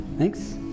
Thanks